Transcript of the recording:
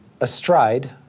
astride